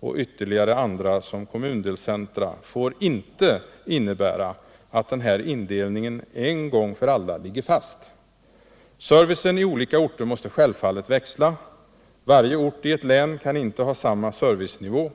och ytterligare andra som kommundelscentra, får inte innebära att den här indelningen en gång för alla ligger fast. Servicen på olika orter måste självfallet växla. Alla orter i ett län kan inte ha samma servicenivå.